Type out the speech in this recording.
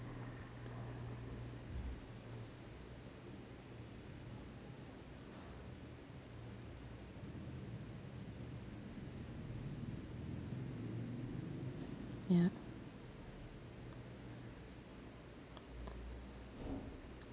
ya